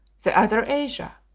the other asia,